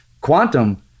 Quantum